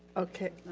okay.